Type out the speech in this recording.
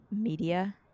media